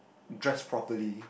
dress properly